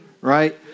right